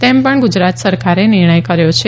તેમ પણ ગુજરાત સરકારે નિર્ણય કર્યો છે